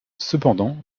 cependant